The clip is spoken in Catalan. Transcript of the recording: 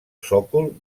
sòcol